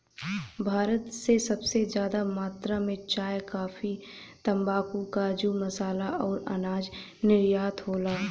भारत से सबसे जादा मात्रा मे चाय, काफी, तम्बाकू, काजू, मसाला अउर अनाज निर्यात होला